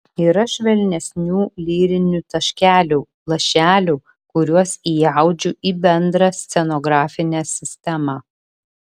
yra švelnesnių lyrinių taškelių lašelių kuriuos įaudžiu į bendrą scenografinę sistemą